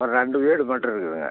ஒரு ரெண்டு வீடு மட்டும் இருக்குதுங்க